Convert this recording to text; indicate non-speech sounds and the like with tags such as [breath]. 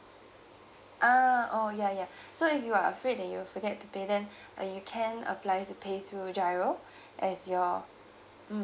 ah oh ya ya [breath] so if you are afraid that you'll forget to pay then [breath] uh you can apply to pay through giro [breath] as your mm